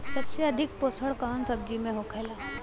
सबसे अधिक पोषण कवन सब्जी में होखेला?